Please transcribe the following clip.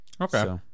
Okay